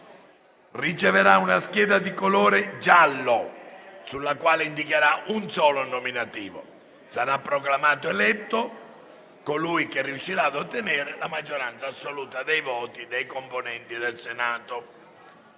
riceverà una scheda di colore giallo, sulla quale indicherà un solo nominativo. Sarà proclamato eletto colui che otterrà la maggioranza assoluta dei voti dei componenti del Senato.